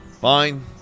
Fine